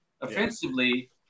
offensively